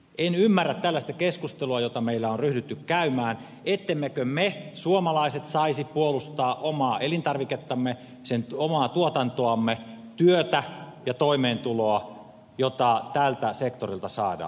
en ymmärrä tällaista keskustelua jota meillä on ryhdytty käymään ettemmekö me suomalaiset saisi puolustaa omaa elintarvikettamme omaa tuotantoamme työtä ja toimeentuloa jota tältä sektorilta saadaan